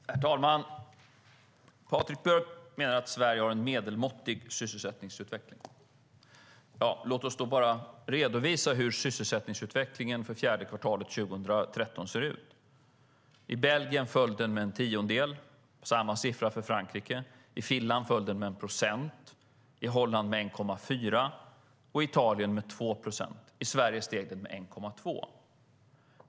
Herr talman! Patrik Björck menar att Sverige har en medelmåttig sysselsättningsutveckling. Låt oss då bara redovisa hur sysselsättningsutvecklingen för det fjärde kvartalet 2013 ser ut: I Belgien föll den med en tiondel. Det är samma siffra för Frankrike. I Finland föll den med 1 procent, i Holland med 1,4 procent och i Italien med 2 procent. I Sverige steg den med 1,2 procent.